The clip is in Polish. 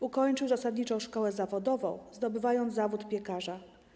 Ukończył zasadniczą szkołę zawodową, zdobywając zawód piekarza.